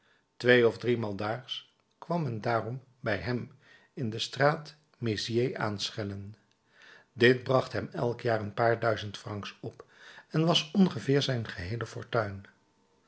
twee of driemaal daags kwam men daarom bij hem in de straat mezières aanschellen dit bracht hem elk jaar een paar duizend francs op en was ongeveer zijn geheele fortuin